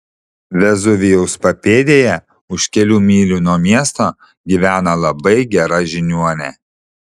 vezuvijaus papėdėje už kelių mylių nuo miesto gyvena labai gera žiniuonė